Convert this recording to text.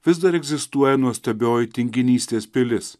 vis dar egzistuoja nuostabioji tinginystės pilis